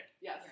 Yes